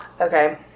Okay